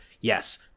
Yes